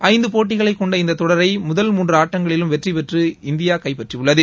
ஐந்து போட்டிகளை கொண்ட இந்த தொடரை முதல் மூன்று ஆட்டங்களிலும் வெற்றி பெற்று இந்தியா கைப்பற்றி உள்ளது